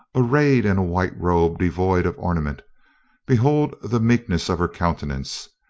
arrayed in a white robe devoid of ornament behold the meekness of her countenance,